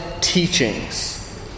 teachings